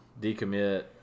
decommit